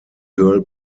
girl